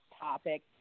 topic